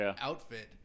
outfit